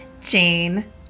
Jane